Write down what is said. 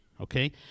okay